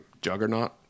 Juggernaut